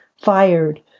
fired